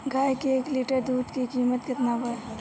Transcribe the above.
गाए के एक लीटर दूध के कीमत केतना बा?